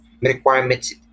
requirements